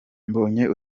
mbonyi